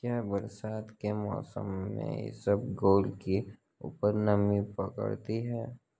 क्या बरसात के मौसम में इसबगोल की उपज नमी पकड़ती है?